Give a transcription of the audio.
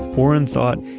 orrin thought,